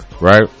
Right